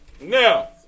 now